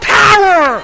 power